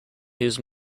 his